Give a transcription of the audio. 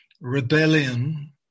rebellion